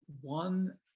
one